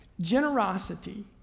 Generosity